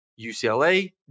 UCLA